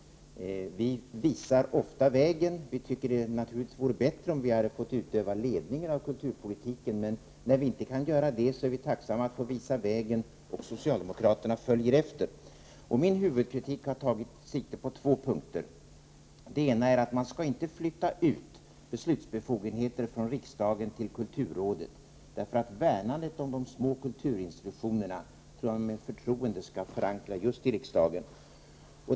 Vi visar ofta vägen. Vitycker naturligtvis det vore bättre om vi hade fått utöva ledningen av kulturpolitiken, men när vi inte kan göra det är vi tacksamma att få visa vägen om socialdemokraterna följer efter. Min huvudkritik har tagit sikte på två punkter. Den ena är att man inte skall flytta ut beslutsbefogenheter från riksdagen till kulturrådet, för värnandet av de små kulturinstitutionerna bör med förtroende förankras just iriksdagen.